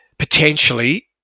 potentially